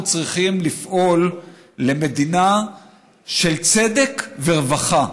אנחנו צריכים לפעול למדינה של צדק ורווחה,